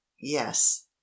yes